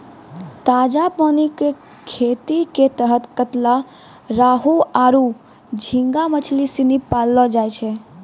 ताजा पानी कॅ खेती के तहत कतला, रोहूआरो झींगा मछली सिनी पाललौ जाय छै